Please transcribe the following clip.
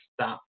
stop